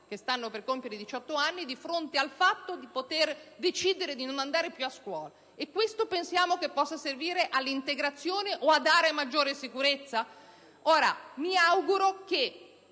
che stanno per compiere 18 anni, di fronte alla possibilità di decidere di non andare più a scuola. E questo pensiamo possa servire all'integrazione o a dare maggiore sicurezza? Mi auguro che